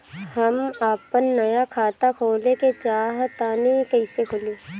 हम आपन नया खाता खोले के चाह तानि कइसे खुलि?